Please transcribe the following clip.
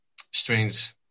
strange